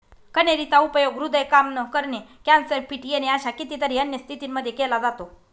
कन्हेरी चा उपयोग हृदय काम न करणे, कॅन्सर, फिट येणे अशा कितीतरी अन्य स्थितींमध्ये केला जातो